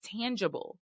tangible